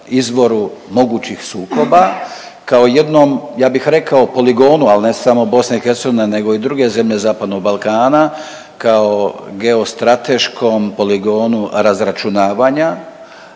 izvoru mogućih sukoba, kao jednom ja bih rekao poligonu, ali ne samo BiH nego i druge zemlje Zapadnog Balkana, kao geostrateškom poligonu razračunavanja